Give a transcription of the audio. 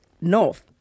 north